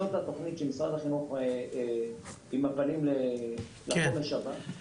זאת התוכנית של משרד החינוך עם הפנים לחומש הבא.